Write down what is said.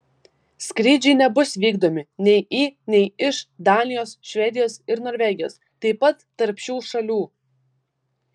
skrydžiai nebus vykdomi nei į nei iš danijos švedijos ir norvegijos taip pat tarp šių šalių